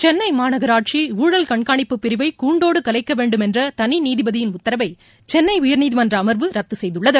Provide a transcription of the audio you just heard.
சென்னை மாநகராட்சி ஊழல் கண்காணிப்பு பிரிவை கூண்டோடு கலைக்கவேண்டும் என்ற தனி நீதிபதியின் உத்தரவை சென்னை உயர்நீதிமன்ற அமர்வு ரத்து செய்துள்ளது